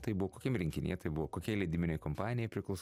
tai buvo kokiam rinkinyje tai buvo kokiai leidybinei kompanijai priklauso